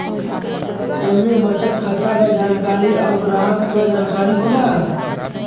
इम्मे बचत खाता क जानकारी अउर ग्राहक के जानकारी होला